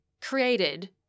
created